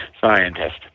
scientist